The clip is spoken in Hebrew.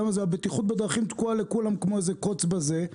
הבטיחות בדרכים תקועה לכולם כמו קוץ בזה,